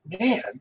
man